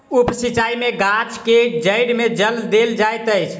उप सिचाई में गाछ के जइड़ में जल देल जाइत अछि